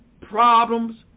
problems